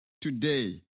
today